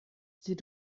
sie